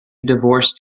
divorced